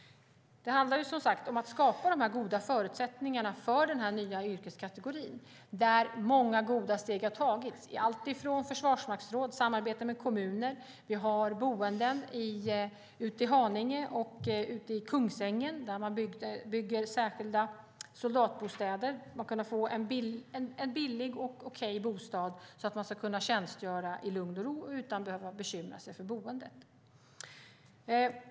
Det handlar som sagt om att skapa goda förutsättningar för den här nya yrkeskategorin. Många goda steg har tagits, allt från försvarsmaktsråd till samarbete med kommuner. Vi har boenden ute i Haninge och Kungsängen. Där bygger man särskilda soldatbostäder för att de ska få en billig och okej bostad och kunna tjänstgöra i lugn och ro utan att behöva bekymra sig för boendet.